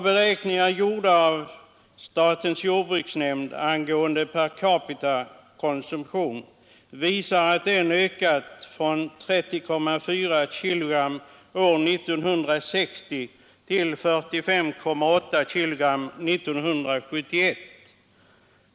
Beräkningar gjorda av statens jordbruksnämnd angående per capita-konsumtionen visar att den ökat från 30,4 kg år 1960 till 45,8 kg 1971.